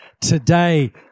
today